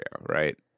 right